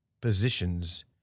positions